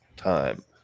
time